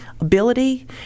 ability